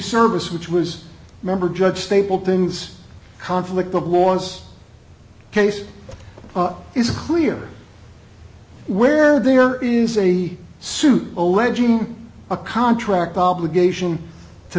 service which was a member judge stapleton's conflict of laws case is clear where there is a suit alleging a contract obligation to